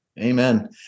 Amen